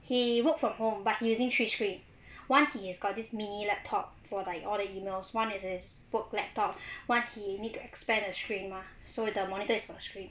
he work from home but he using three screen one he has got this mini laptop for like all the emails one is his work laptop one he need to expand the screen mah so the monitor is for the screen